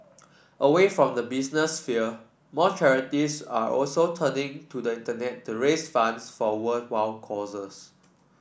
away from the business sphere more charities are also turning to the Internet to raise funds for worthwhile causes